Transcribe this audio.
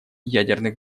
ядерных